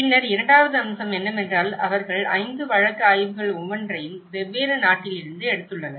பின்னர் இரண்டாவது அம்சம் என்னவென்றால் அவர்கள் 5 வழக்கு ஆய்வுகள் ஒவ்வொன்றையும் வெவ்வேறு நாட்டிலிருந்து எடுத்துள்ளனர்